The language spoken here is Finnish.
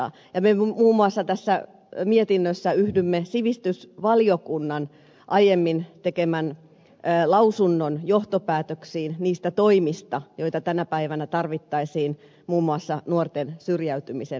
me muun muassa tässä mietinnössä yhdymme sivistysvaliokunnan aiemmin tekemän lausunnon johtopäätöksiin niistä toimista joita tänä päivänä tarvittaisiin muun muassa nuorten syrjäytymisen ehkäisemiseksi